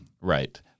Right